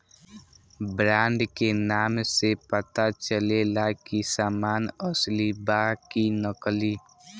brand के नाम से पता चलेला की सामान असली बा कि नकली